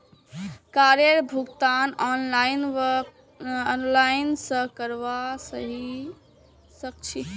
कारेर भुगतान ऑनलाइन स करवा सक छी